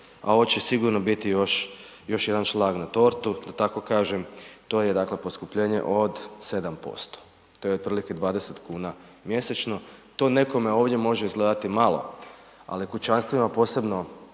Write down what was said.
a ovo će sigurno biti još jedan šlag na tortu, da tako kažem, to je dakle poskupljenje od 7%, to je otprilike 20 kuna mjesečno, to nekome ovdje može izgledati malo kućanstvima posebno,